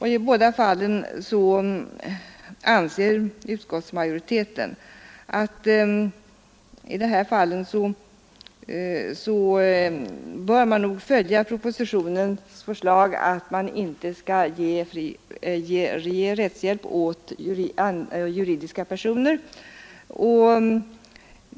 I båda fallen anser utskottsmajoriteten att man bör följa propositionens förslag och inte ge fri rättshjälp åt juridiska personer.